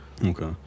Okay